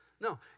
No